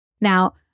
Now